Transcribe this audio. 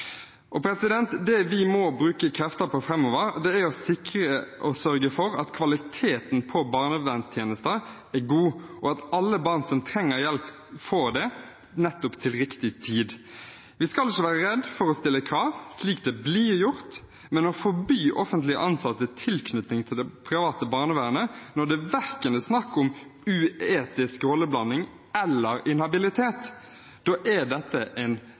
Det vi må bruke krefter på framover, er å sikre og sørge for at kvaliteten på barnevernstjenester er god, og at alle barn som trenger hjelp, får det, nettopp til riktig tid. Vi skal ikke være redd for å stille krav, slik det blir gjort, men å forby offentlig ansatte tilknytning til det private barnevernet, når det verken er snakk om uetisk rolleblanding eller inhabilitet, er en ren og skjær avsporing. Det Venstre er